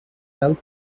helped